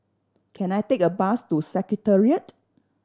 can I take a bus to Secretariat